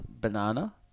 banana